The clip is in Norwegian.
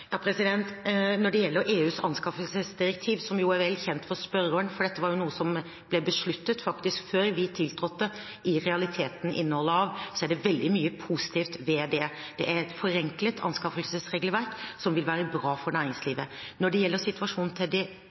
Når det gjelder hva EUs anskaffelsesdirektiv – som jo er vel kjent for spørreren, for dette var noe som faktisk ble besluttet før vi tiltrådte – i realiteten inneholder, er det veldig mye positivt ved det. Det er et forenklet anskaffelsesregelverk som vil være bra for næringslivet. Når det gjelder situasjonen til de